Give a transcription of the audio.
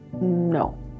no